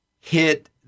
hit